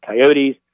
coyotes